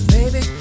Baby